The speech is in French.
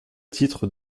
titre